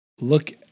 look